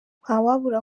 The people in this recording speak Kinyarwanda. ntawabura